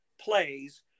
plays